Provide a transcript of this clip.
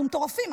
אנחנו מטורפים.